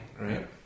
right